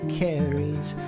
carries